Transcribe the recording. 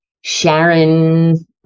Sharon